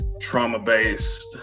trauma-based